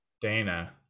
Dana